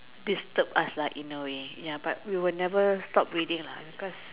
disturb us lah in a way ya but we will never stop reading lah because